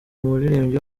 umuririmbyi